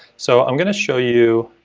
so i'm going to show you